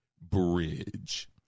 bridge